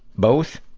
both?